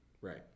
Right